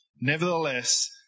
Nevertheless